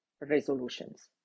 resolutions